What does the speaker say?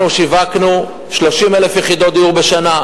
אנחנו שיווקנו 30,000 יחידות דיור בשנה,